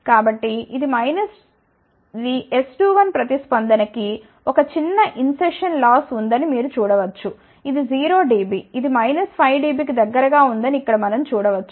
కాబట్టి ఇది S21 ప్రతిస్పందన కి ఒక చిన్న ఇంసెర్షన్ లాస్ ఉందని మీరు చూడ వచ్చు ఇది 0 dB ఇది మైనస్ 5 dB కి దగ్గరగా ఉందని ఇక్కడ మనం చూడ వచ్చు